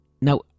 now